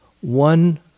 one